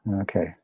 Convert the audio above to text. okay